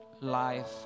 life